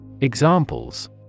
Examples